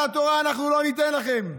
על התורה, אנחנו לא ניתן לכם.